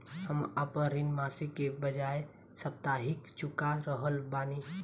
हम आपन ऋण मासिक के बजाय साप्ताहिक चुका रहल बानी